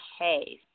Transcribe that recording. Okay